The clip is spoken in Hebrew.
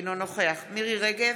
אינו נוכח מירי מרים רגב,